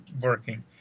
working